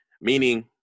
meaning